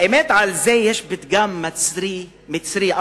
האמת, על זה יש פתגם מצרי "אסלי",